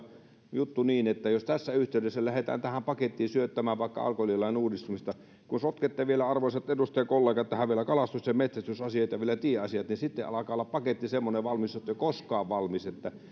juttu on niin että jos joku kuvittelee että tässä tilanteessa lähdetään tähän pakettiin syöttämään vaikka alkoholilain uudistamista ja kun sotkette arvoisat edustajakollegat tähän vielä kalastus ja metsästysasiat ja vielä tieasiat niin sitten alkaa olla semmoinen paketti valmis ettei ole koskaan valmis